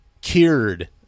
cured